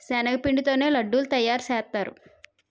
శనగపిండి తోనే లడ్డూలు తయారుసేత్తారు